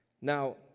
Now